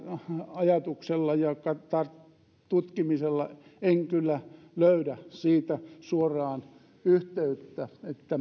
ajatuksella ja tutkimisella en kyllä löydä siitä suoraan yhteyttä